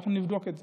אנחנו נבדוק את זה.